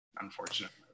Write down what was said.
unfortunately